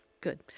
Good